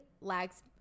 lags